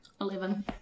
Eleven